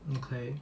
okay